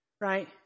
Right